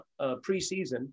preseason